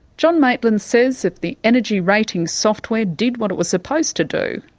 john maitland says if the energy rating software did what it was supposed to do,